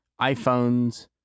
iphones